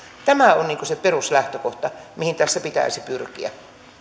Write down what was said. tämä on se peruslähtökohta mihin tässä pitäisi pyrkiä